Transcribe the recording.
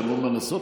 יש המון מה לעשות,